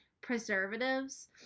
preservatives